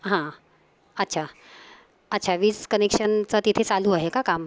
हां अच्छा अच्छा वीज कनेक्शनचं तिथे चालू आहे का काम